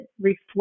reflect